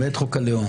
למעט חוק הלאום.